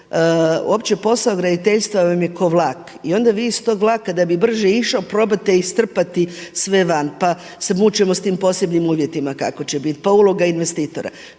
uopće posao graditeljstva vam je kao vlak i onda vi iz tog vlaka da bi brže išao, probate iz strpati sve van pa se mučimo sa tim posebnim uvjetima kako će biti, pa uloga investitora.